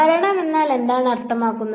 ഭരണം എന്നാൽ എന്താണ് അർത്ഥമാക്കുന്നത്